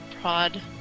prod